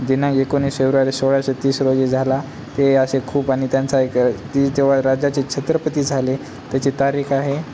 दिनांक एकोणीस फेब्रुवारी सोळाशे तीस रोजी झाला ते असे खूप आणि त्यांचा एक ती जेव्हा राज्याची छत्रपती झाले त्याची तारीख आहे